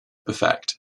perfect